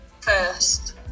first